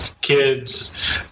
kids